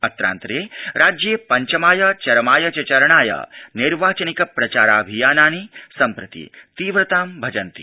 अत्रान्तरे राज्ये पंचमाय चरमाय च चरणाय नैर्वाचनिक प्रचाराभियानानि सम्प्रति तीव्रतां भजन्ति